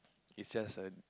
it's just a